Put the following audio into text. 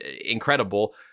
incredible